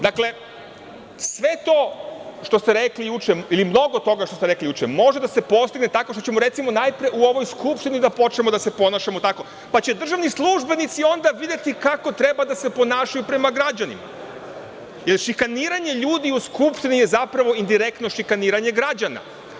Dakle, sve to što ste rekli juče ili mnogo toga što ste rekli juče može da se postigne tako što ćemo, recimo, u ovoj Skupštini da počnemo da se ponašamo tako, pa će državni službenici videti kako treba da se ponašaju prema građanima, jer šikaniranje ljudi u Skupštini je zapravo indirektno šikaniranje građana.